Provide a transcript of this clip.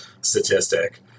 statistic